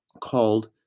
called